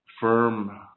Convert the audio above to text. firm